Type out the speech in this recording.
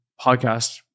podcast